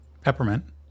peppermint